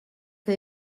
que